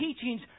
teachings